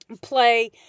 play